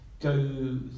go